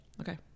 okay